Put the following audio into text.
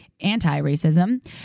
anti-racism